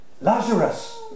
Lazarus